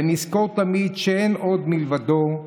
ונזכור תמיד שאין עוד מלבדו,